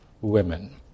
women